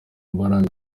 mbaraga